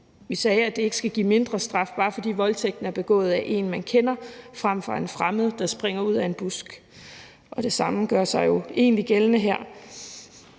vi sagde, at det ikke skal give mindre straf, bare fordi voldtægten er begået af en, man kender, frem for af en fremmed, der springer frem fra en busk. Det samme gør sig jo egentlig gældende her.